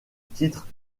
titre